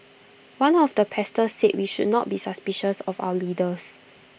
one of the pastors said we should not be suspicious of our leaders